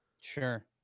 Sure